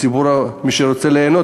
מי שרוצה ליהנות,